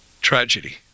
Tragedy